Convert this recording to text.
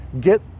get